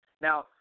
Now